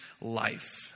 life